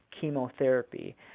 chemotherapy